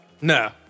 No